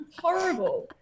Horrible